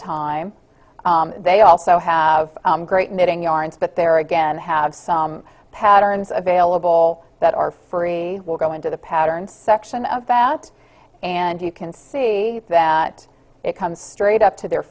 time they also have great knitting yarns but there again have some patterns available that are free will go into the patterned section of fat and you can see that it comes straight up to their